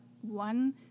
one